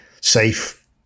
safe